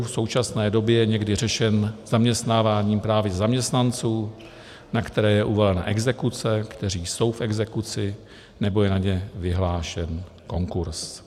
v současné době je někdy řešen zaměstnáváním právě zaměstnanců, na které je uvalena exekuce, kteří jsou v exekuci, nebo je na ně vyhlášen konkurz.